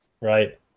Right